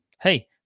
hey